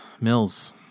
Mills